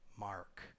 mark